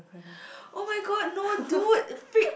oh-my-god no dude freak